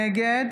נגד